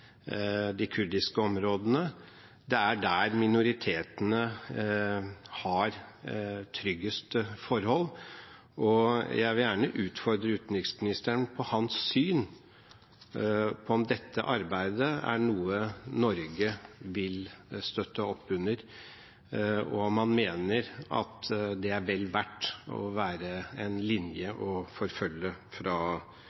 de kurdiske områdene. Det er der minoritetene har tryggest forhold. Jeg vil gjerne utfordre utenriksministeren på hans syn på om dette arbeidet er noe Norge vil støtte opp under, og om han mener at det er en linje vel verdt å